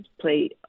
play